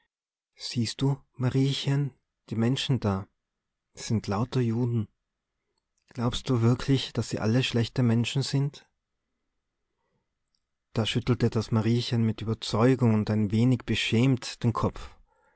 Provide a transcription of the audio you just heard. siehst du mariechen die menschen da sind lauter juden glaubst du wirklich daß sie alle schlechte menschen sind da schüttelte das mariechen mit überzeugung und ein wenig beschämt den kopf